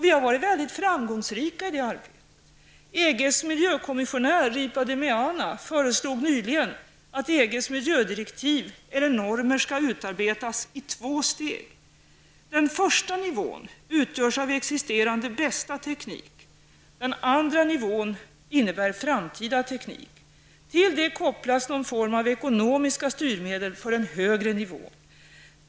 Vi har varit mycket framgångsrika i det arbetet. EGs miljökommissionär Ripa de Meana föreslog nyligen att EGs miljödirektiv eller normer skall utarbetas i två steg. Den första nivån utgörs av den existerande bästa tekniken. Den andra nivån innebär framtida teknik. Till detta kopplas någon form av ekonomiska styrmedel för den högre nivån.